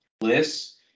lists